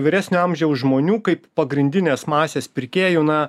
vyresnio amžiaus žmonių kaip pagrindinės masės pirkėjų na